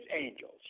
angels